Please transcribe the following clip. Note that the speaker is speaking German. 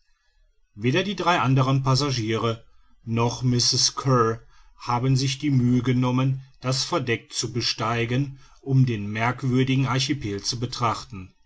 weder die drei anderen passagiere noch mrs kear haben sich die mühe genommen das verdeck zu besteigen um den merkwürdigen archipel zu betrachten